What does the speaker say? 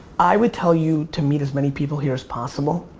i would tell you to meet as many people here as possible.